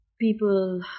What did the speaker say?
people